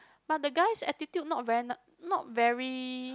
but the guys attitude not very not very